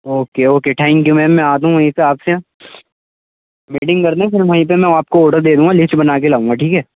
okay okay thank you ma'am میں آتا ہوں وہیں پہ آپ سے میٹنگ کرتے پھر وہیں پہ میں آپ کو آرڈر دے دوں گا لسٹ بنا کے لاؤں گا ٹھیک ہے